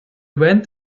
went